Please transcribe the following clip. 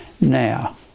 Now